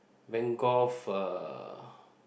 Van-Gogh uh